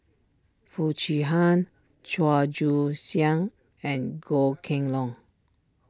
Foo Chee Han Chua Joon Siang and Goh Kheng Long